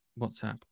WhatsApp